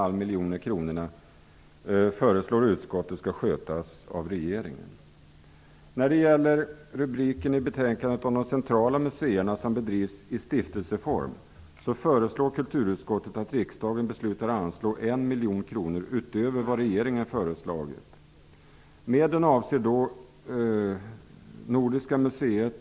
miljoner kronorna skall skötas av regeringen. Kulturutskottet föreslår att riksdagen beslutar anslå 1 miljon kronor utöver vad regeringen föreslagit till de centrala museer som bedrivs i stiftelseform. Medlen avser Nordiska museet.